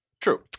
True